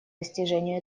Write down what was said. достижению